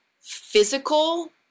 physical